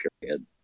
period